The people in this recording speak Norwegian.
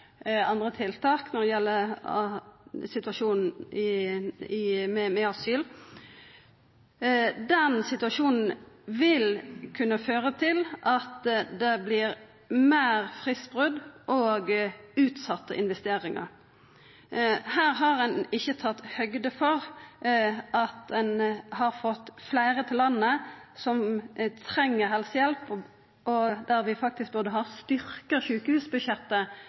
andre tiltak i samband med asylsituasjonen vil kunna føra til at det vert fleire fristbrot og utsette investeringar. Her har ein ikkje tatt høgd for at ein har fått fleire til landet som treng helsehjelp, og at vi faktisk